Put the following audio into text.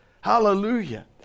Hallelujah